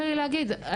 תודה רבה.